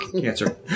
cancer